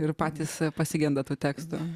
ir patys pasigenda tų tekstų